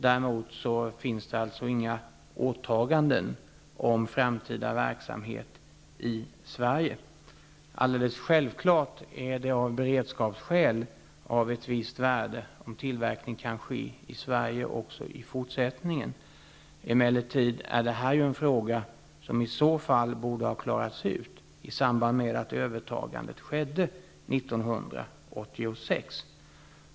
Däremot finns det inga åtaganden om framtida verksamhet i Sverige. Av beredskapsskäl är det självfallet av ett visst värde om tillverkning kan ske i Sverige också i fortsättningen. Detta är emellertid en fråga som borde ha klarats ut i samband med att övertagandet skedde år 1986.